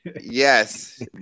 Yes